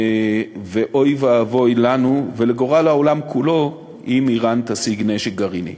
ואוי ואבוי לנו ולגורל העולם כולו אם איראן תשיג נשק גרעיני.